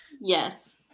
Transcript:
yes